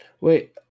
Wait